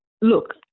Look